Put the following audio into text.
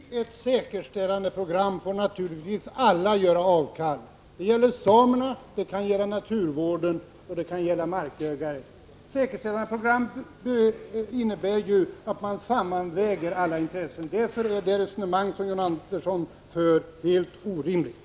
Fru talman! Vid en säkerställandeplan får naturligtvis alla göra avkall på sina önskemål. Det gäller samerna, det kan gälla naturvården, och det kan gälla markägarna. En säkerställandeplan innebär ju att man sammanväger alla intressen. Därför är det resonemang som John Andersson för helt orimligt.